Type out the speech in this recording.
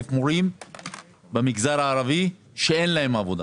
מורים במגזר הערבי שאין להם עבודה.